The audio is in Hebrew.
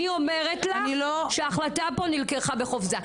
אומר שההחלטה פה נלקחה בחופזה.